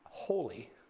holy